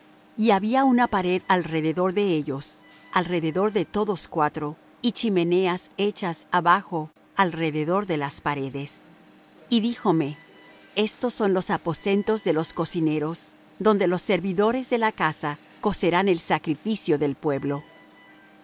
y había una pared alrededor de ellos alrededor de todos cuatro y chimeneas hechas abajo alrededor de las paredes y díjome estos son los aposentos de los cocineros donde los servidores de la casa cocerán el sacrificio del pueblo